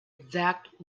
exact